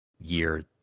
year